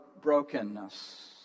brokenness